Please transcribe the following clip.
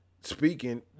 speaking